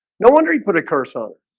no wonder you put a curse on